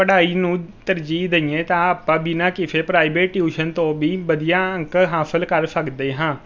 ਪੜ੍ਹਾਈ ਨੂੰ ਤਰਜੀਹ ਦਈਏ ਤਾਂ ਆਪਾਂ ਬਿਨਾਂ ਕਿਸੇ ਪ੍ਰਾਈਵੇਟ ਟਿਊਸ਼ਨ ਤੋਂ ਵੀ ਵਧੀਆ ਅੰਕ ਹਾਸਲ ਕਰ ਸਕਦੇ ਹਾਂ